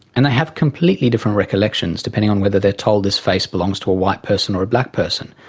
and they have completely different recollections depending on whether they are told this face belongs to a white person or a black person.